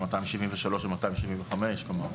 סעיף 273 ו-275.